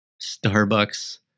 Starbucks